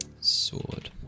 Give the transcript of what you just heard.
Sword